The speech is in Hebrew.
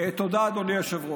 תודה, אדוני היושב-ראש.